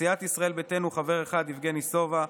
סיעת ישראל ביתנו, חבר אחד: יבגני סובה,